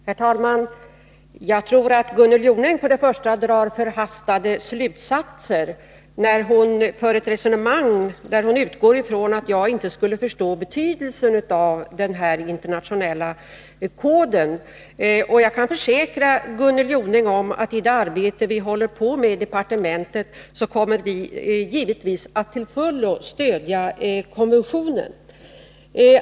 Herr talman! Jag tror att Gunnel Jonäng drar förhastade slutsatser, när hon för ett resonemang där hon utgår ifrån att jag inte skulle förstå betydelsen av den internationella koden. Jag kan försäkra Gunnel Jonäng att vi i det arbete som nu pågår inom departementet till fullo kommer att stödja konventionen.